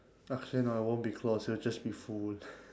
actually no it won't be closed it will just be full